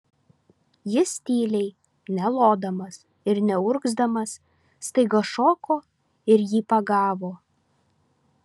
jis tyliai nelodamas ir neurgzdamas staiga šoko ir jį pagavo